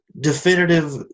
definitive